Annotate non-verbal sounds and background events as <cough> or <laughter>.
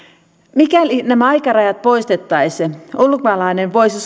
mikäli nämä aikarajat poistettaisiin ulkomaalainen voisi <unintelligible>